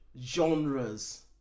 genres